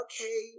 okay